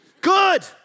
good